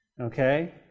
Okay